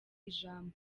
ijambo